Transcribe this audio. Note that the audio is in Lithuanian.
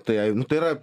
tai ai nu tai yra